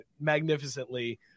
magnificently